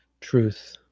truth